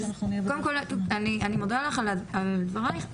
אני מודה לך על דברייך,